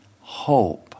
hope